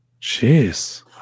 Jeez